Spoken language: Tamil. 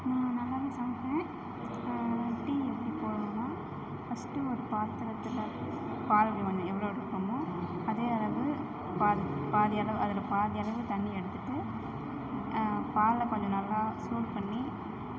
நான் நல்லாவே சமைப்பேன் டீ எப்படி போடணுன்னால் ஃபஸ்ட்டு ஒரு பாத்திரத்துல பால் நம்ம எவ்வளோ எடுக்கிறோமோ அதே அளவு பாதி பாதி அளவு அதில் பாதி அளவு தண்ணி எடுத்துகிட்டு பாலை கொஞ்சம் நல்லா சூடு பண்ணி